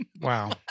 Wow